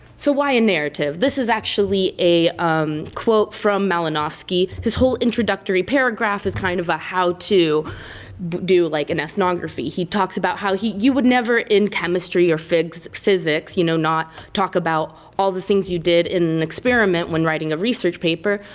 so, why a narrative? this is actually a um quote from malinowski, his whole introductory paragraph is kind of a how to do, like, an ethnography. he talks about how you would never in chemistry or physics, you know, not talk about all of the things you did in an experiment when writing a research paper.